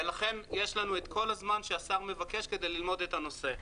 ולכן יש לנו את כל הזמן שהשר מבקש כדי ללמוד את הנושא.